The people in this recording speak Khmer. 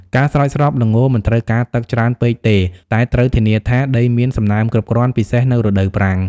ការស្រោចស្រព ល្ងមិនត្រូវការទឹកច្រើនពេកទេ តែត្រូវធានាថាដីមានសំណើមគ្រប់គ្រាន់ ពិសេសនៅរដូវប្រាំង។